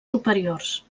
superiors